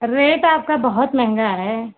rate आपका बहुत महंगा है